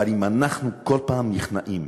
אבל אם אנחנו כל פעם נכנעים